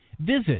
Visit